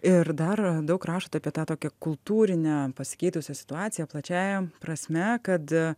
ir dar daug rašote apie tą tokią kultūrinę pasikeitusią situaciją plačiąja prasme kad